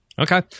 Okay